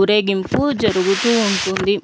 ఊరేగింపు జరుగుతూ ఉంటుంది